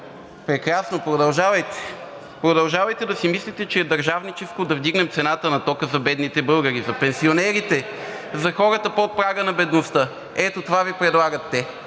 Прекрасно, продължавайте! Продължавайте да си мислите, че е държавническо да вдигнем цената на тока за бедните българи, за пенсионерите (шум и реплики от ГЕРБ-СДС), за хората под прага на бедността. Ето, това Ви предлагат те.